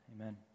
Amen